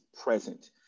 present